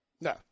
No